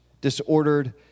disordered